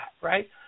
Right